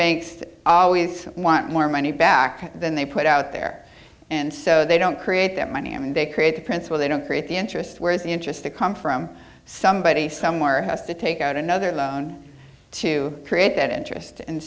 banks always want more money back than they put out there and so they don't create that money and they create the principal they don't create the interest whereas the interest that come from somebody somewhere has to take out another loan to create that interest and